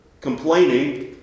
complaining